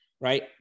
right